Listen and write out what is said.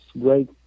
great